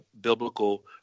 biblical